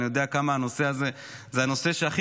אני יודע כמה הנושא הזה הוא הנושא שהכי